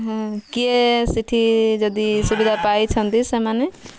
ହଁ କିଏ ସେଠି ଯଦି ସୁବିଧା ପାଇଛନ୍ତି ସେମାନେ